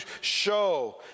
show